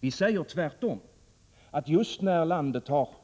Vi säger tvärtom, att just när landet har ett